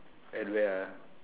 at where ah